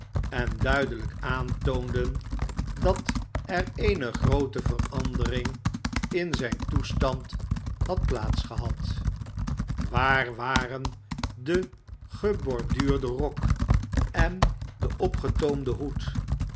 en duidelijk aan b m toonden dat er eene groote verandering in zijn toestand had plaats gehad waar waren de geborduurde rok en de opgetoomde hoed